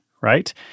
right